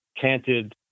canted